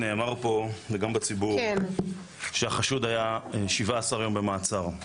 נאמר פה וגם בציבור שהחשוד היה 17 יום במעצר.